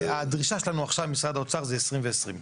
הדרישה שלנו עכשיו ממשרד האוצר זה 20 ו-20.